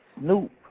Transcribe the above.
snoop